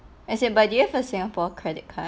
as in by the way for singapore credit card